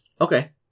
Okay